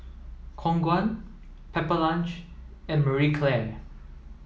Khong Guan Pepper Lunch and Marie Claire